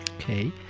okay